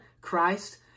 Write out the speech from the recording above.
Christ